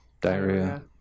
diarrhea